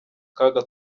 kaga